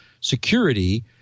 security